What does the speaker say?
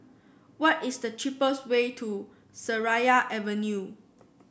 what is the cheapest way to Seraya Avenue